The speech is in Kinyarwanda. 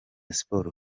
siporo